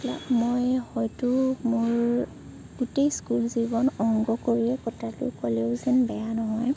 মই হয়তো মোৰ গোটেই স্কুল জীৱন অংক কৰিয়ে কটালো কলেও যেন বেয়া নহয়